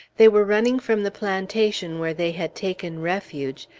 they were running from the plantation where they had taken refuge,